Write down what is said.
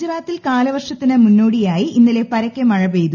ഗുജറാത്തിൽ കാലവർഷത്തിന് മുന്നോടിയായി ഇന്നലെ പരക്കെ മഴ പെയ്തു